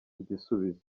igisubizo